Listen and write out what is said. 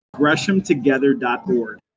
GreshamTogether.org